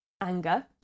anger